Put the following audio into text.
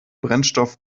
brennstoff